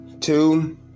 Two